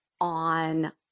on